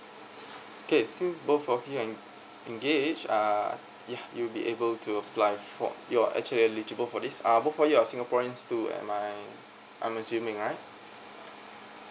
okay since both of you are en~ engaged uh you you be able to apply for you're actually eligible for this uh both of you are singaporeans too am I um I'm assuming right